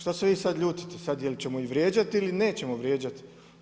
Što se vi sad ljutite sad jel' ćemo ih vrijeđati ili nećemo vrijeđati?